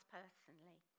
personally